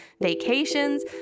vacations